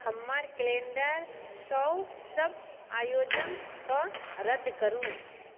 हमर कैलेण्डरसँ सब आयोजनके रद्द करू